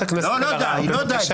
חברת הכנסת אלהרר, בבקשה.